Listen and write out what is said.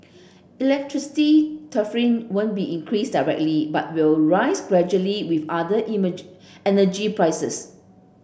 electricity tariff won't be increased directly but will rise gradually with other energy prices